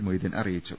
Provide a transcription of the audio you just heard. മൊയ്തീൻ അറിയിച്ചു